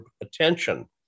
attention